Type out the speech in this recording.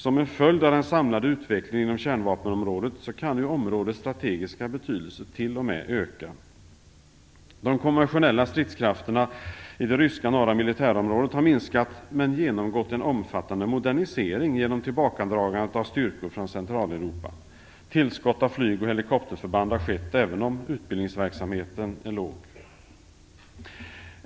Som en följd av den samlade utvecklingen inom kärnvapenområdet kan områdets strategiska betydelse t.o.m. öka. De konventionella stridskrafterna i det ryska norra militärområdet har minskat men genomgått en omfattande modernisering genom tillbakadragandet av styrkor från Centraleuropa. Tillskott av flyg och helikopterförband har skett även om utbildningsverksamheten är låg.